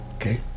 Okay